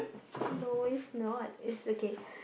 no it's not it's okay